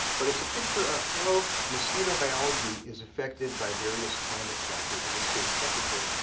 but it's a picture of how mosquito biology is affected by various climate factors, in this case, temperature.